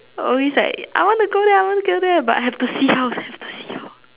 always like I wanna go there I wanna go there but have to see how have to see how